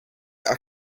are